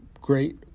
great